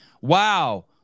Wow